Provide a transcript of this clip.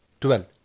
12